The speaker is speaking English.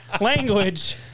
language